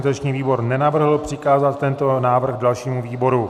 Organizační výbor nenavrhl přikázat tento návrh dalšímu výboru.